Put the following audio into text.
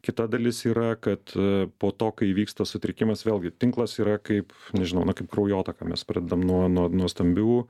kita dalis yra kad po to kai įvyksta sutrikimas vėlgi tinklas yra kaip nežinau na kaip kraujotaka mes pradedam nuo nuo nuo stambių